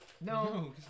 No